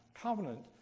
covenant